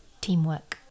Teamwork